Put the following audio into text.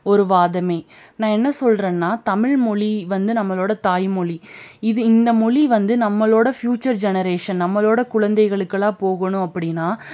ஒரு வாதம் நான் என்ன சொல்கிறன்னா தமிழ் மொழி வந்து நம்மளோடய தாய்மொழி இது இந்த மொழி வந்து நம்மளோடய ஃபியூச்சர் ஜெனெரேஷன் நம்மளோடய குழந்தைகளுக்கெல்லாம் போகணும் அப்படின்னா